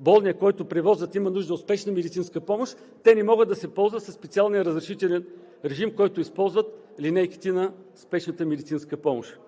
болният, който превозват, има нужда от спешна медицинска помощ, те не могат да се ползват със специален разрешителен режим, който използват линейките на спешната медицинска помощ.